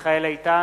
מיכאל איתן,